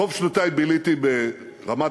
רוב שנותי ביליתי ברמת-הגולן,